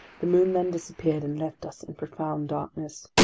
the moon then disappeared and left us in profound darkness.